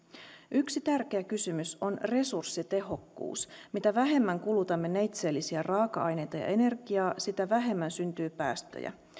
yksi tärkeä kysymys on resurssitehokkuus mitä vähemmän kulutamme neitseellisiä raaka aineita ja energiaa sitä vähemmän syntyy päästöjä